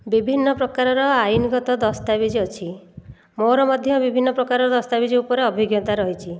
ବିଭିନ୍ନ ପ୍ରକାରର ଆଇନଗତ ଦସ୍ତାବିଜ୍ ଅଛି ମୋ'ର ମଧ୍ୟ ବିଭିନ୍ନ ପ୍ରକାର ଦସ୍ତାବିଜ୍ ଉପରେ ଅଭିଜ୍ଞତା ରହିଛି